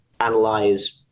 analyze